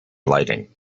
lighting